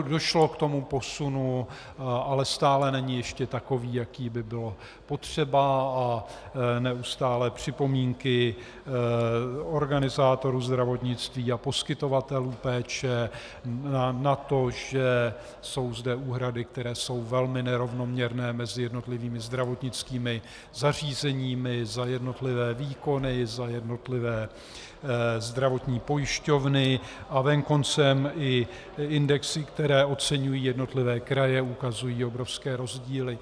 Došlo k posunu, ale stále není ještě takový, jaký by bylo potřeba, a neustálé připomínky organizátorů zdravotnictví a poskytovatelů péče na to, že jsou zde úhrady, které jsou velmi nerovnoměrné mezi jednotlivými zdravotnickými zařízeními, za jednotlivé výkony, za jednotlivé zdravotní pojišťovny a venkoncem i indexy, které oceňují jednotlivé kraje, ukazují obrovské rozdíly.